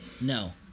no